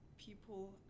people